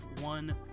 one